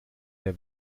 der